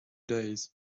days